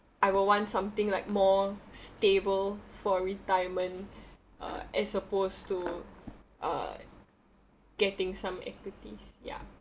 I will want something like more stable for retirement uh as opposed to uh getting some equities ya